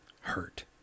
Hurt